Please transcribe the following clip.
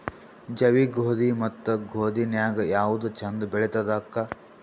ಜವಿ ಗೋಧಿ ಮತ್ತ ಈ ಗೋಧಿ ನ್ಯಾಗ ಯಾವ್ದು ಛಂದ ಬೆಳಿತದ ಅಕ್ಕಾ?